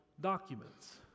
documents